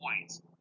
points